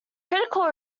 critical